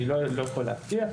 אני לא יכול להבטיח,